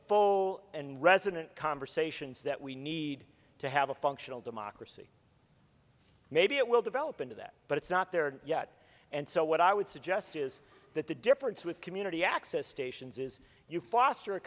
full and resonant conversations that we need to have a functional democracy maybe it will develop into that but it's not there yet and so what i would suggest is that the difference with community access stations is you foster a